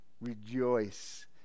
rejoice